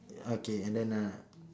okay and then uh